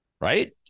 right